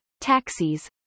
taxis